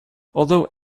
although